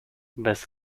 bez